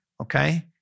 okay